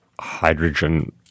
hydrogen